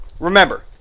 remember